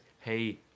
Hey